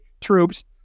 troops